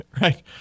Right